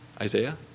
Isaiah